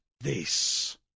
this